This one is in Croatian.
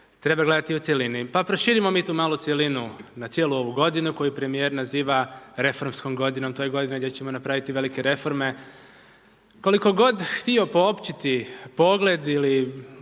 treba gledati u cjelini. Pa proširimo mi tu malo cjelinu na cijelu ovu godinu koju premijer naziva reformskom godinom, to je godina gdje ćemo napraviti velike reforme. Koliko god htio poopćiti pogled ili